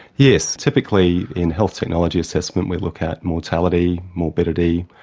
yes. typically in health technology assessment we look at mortality, morbidity,